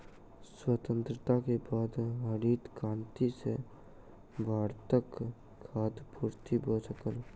स्वतंत्रता के बाद हरित क्रांति सॅ भारतक खाद्य पूर्ति भ सकल